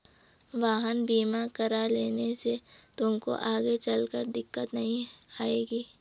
वाहन बीमा करा लेने से तुमको आगे चलकर दिक्कत नहीं आएगी